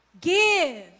Give